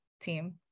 team